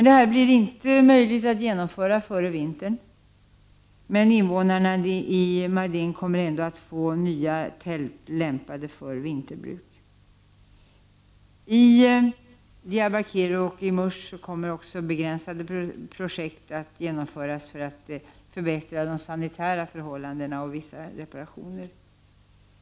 Detta blir inte möjligt att genomföra före vintern, men invånarna i Mardin kommer ändå att få nya tält, lämpade för vinterbruk. I Diyarbakir och i Mus kommer också begränsade projekt att genomföras för att förbättra de sanitära förhållandena, liksom vissa reparationer.